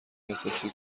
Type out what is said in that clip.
احساسی